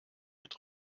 mit